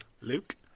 Luke